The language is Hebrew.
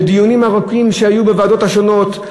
בדיונים ארוכים שהיו בוועדות השונות,